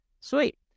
Sweet